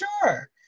sure